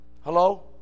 hello